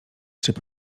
czyli